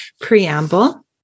preamble